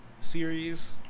series